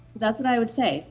that's what i would say.